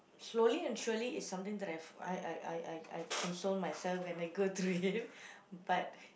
slowly and surely is something that I've I I I I I console myself when I go through it but